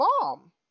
Mom